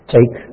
Take